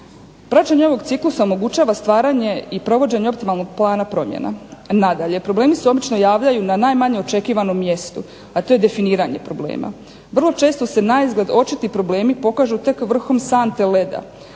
Praćenje ovog ciklusa omogućava stvaranje i provođenje optimalnog plana promjena. Nadalje problemi se obično javljaju na najmanje očekivanom mjestu, a to je definiranje problema. Vrlo često se naizgled očiti problemi pokažu tek vrhom sante leda,